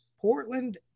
Portland